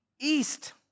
east